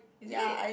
is it